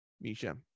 misha